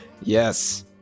yes